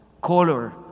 color